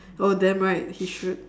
oh damn right he should